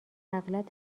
اغلب